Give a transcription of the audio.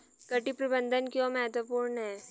कीट प्रबंधन क्यों महत्वपूर्ण है?